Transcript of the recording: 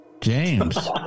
James